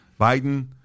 Biden